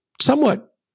somewhat